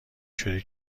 شده